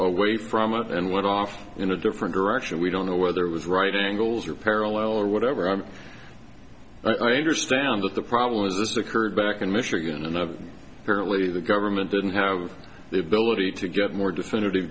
away from and went off in a different direction we don't know whether it was writing rules or parallel or whatever and i understand that the problem is this occurred back in michigan and currently the government didn't have the ability to get more definitive